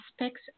aspects